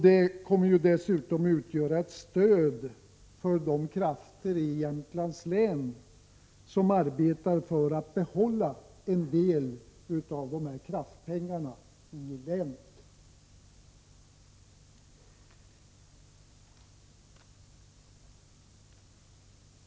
Det kommer dessutom att utgöra stöd för de krafter i Jämtlands län som arbetar för att behålla en del av kraftpengarna i länet.